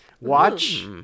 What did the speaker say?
watch